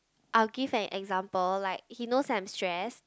I'll give an example like he knows that I'm stressed